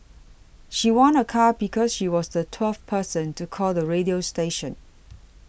she won a car because she was the twelfth person to call the radio station